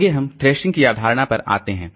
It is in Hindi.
आगे हम थ्रैशिंग की अवधारणा पर आते हैं